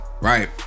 right